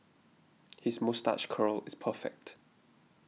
his moustache curl is perfect